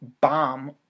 bomb